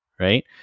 Right